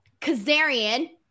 Kazarian